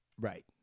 Right